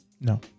No